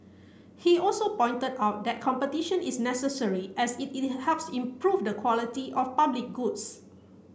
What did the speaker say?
he also pointed out that competition is necessary as it it helps improve the quality of public goods